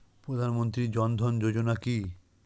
প্রধানমন্ত্রী জনধন যোজনা কি?